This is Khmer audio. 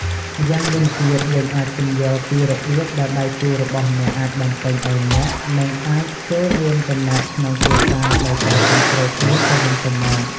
ម្យ៉ាងវិញទៀត យើងអាចពន្យល់ពីរបៀបដែលដៃគូរបស់អ្នកអាចបំពេញឱ្យអ្នក និងអាចចូលរួមចំណែកក្នុងគ្រួសារដោយការគាំទ្រគ្នាទៅវិញទៅមក។